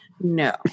no